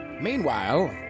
Meanwhile